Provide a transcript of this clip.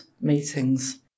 meetings